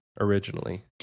Originally